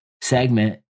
segment